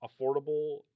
affordable